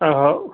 hello